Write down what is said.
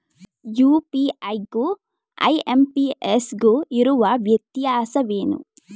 UPI ಗು IMPS ಗು ಇರುವ ವ್ಯತ್ಯಾಸವೇನು?